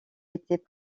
étaient